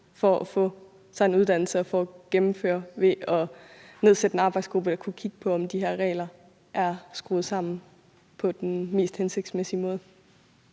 for at få sig en uddannelse og for at gennemføre den ved at nedsætte en arbejdsgruppe, som kunne kigge på, om de her regler er skruet sammen på den mest hensigtsmæssige måde?